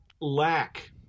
lack